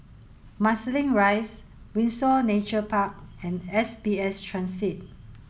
Marsiling Rise Windsor Nature Park and S B S Transit